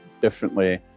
differently